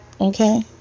Okay